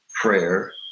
Prayer